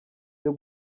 byo